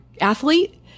athlete